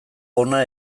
ona